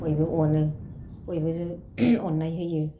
बयबो अनो बयबो जो अननाय होयो